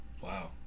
wow